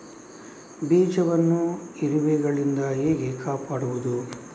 ಬೀಜವನ್ನು ಇರುವೆಗಳಿಂದ ಹೇಗೆ ಕಾಪಾಡುವುದು?